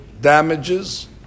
damages